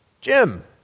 Jim